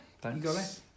Thanks